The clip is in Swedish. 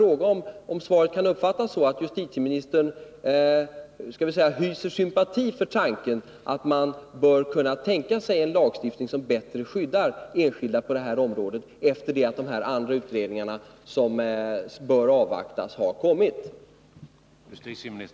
Kan svaret uppfattas så, att justitieministern så att säga hyser sympati för tanken på att åstadkomma en lagstiftning som bättre skyddar den enskilde, efter det att de utredningar som bör avvaktas har kommit?